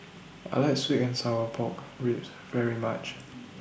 I like Sweet and Sour Pork Ribs very much